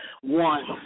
One